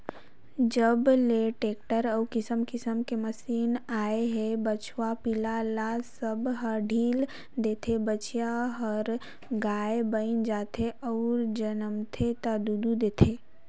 जब ले टेक्टर अउ किसम किसम के मसीन आए हे बछवा पिला ल सब ह ढ़ील देथे, बछिया हर गाय बयन जाथे अउ जनमथे ता दूद देथे